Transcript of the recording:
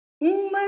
uma